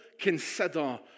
consider